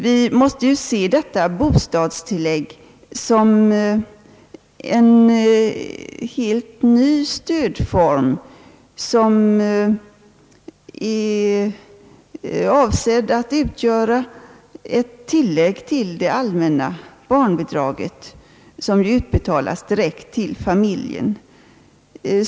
Vi måste ju se detta bostadstillägg som en helt ny stödform som är avsedd att utgöra ett tillägg till det allmänna barnbidraget som utbetalas direkt till familjen.